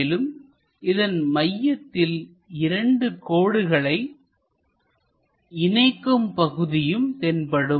மேலும் இதன் மையத்தில் இரண்டு கோடுகளை இணைக்கும் பகுதியும் தென்படும்